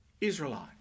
Israelite